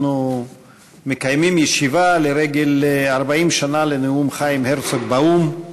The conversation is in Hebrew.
אנחנו מקיימים ישיבה לרגל מלאות 40 שנה לנאום חיים הרצוג באו"ם.